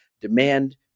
demand